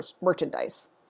merchandise